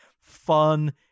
fun